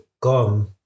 gone